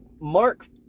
Mark